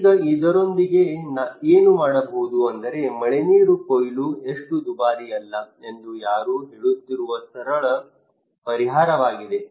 ಈಗ ಇದರೊಂದಿಗೆ ಏನು ಮಾಡುವುದು ಅಂದರೆ ಮಳೆನೀರು ಕೊಯ್ಲು ಅಷ್ಟು ದುಬಾರಿಯಲ್ಲ ಎಂದು ಯಾರೋ ಹೇಳುತ್ತಿರುವ ಸರಳ ಪರಿಹಾರವಾಗಿದೆ